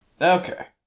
Okay